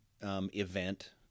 event